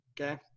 Okay